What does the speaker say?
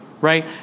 right